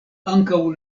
ankaŭ